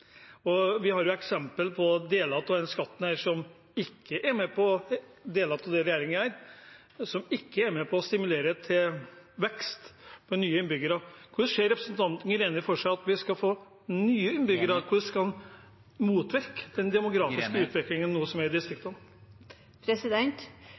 Vi har eksempler på at deler av den skatten som regjeringen ilegger, ikke er med på å stimulere til vekst i tallet på nye innbyggere. Hvordan ser representanten Greni for seg at vi skal få nye innbyggere? Hvordan skal man motvirke den demografiske utviklingen som nå er i distriktene? Som Normann-utvalget peker på, er